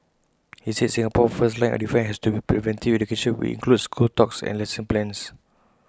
he said Singapore's first line of defence has to be preventive education which includes school talks and lesson plans